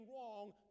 wrong